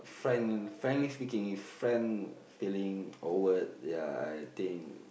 friend friendly speaking if friend feeling awkward ya I think